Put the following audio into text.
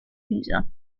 elisa